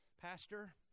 Pastor